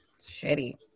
shitty